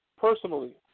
Personally